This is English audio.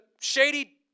shady